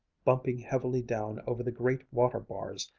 bumping heavily down over the great water-bars,